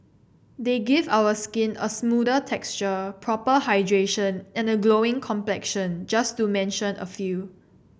they give our skin a smoother texture proper hydration and a glowing complexion just to mention a few